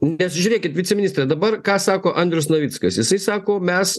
nes žiūrėkit viceministre dabar ką sako andrius navickas jisai sako mes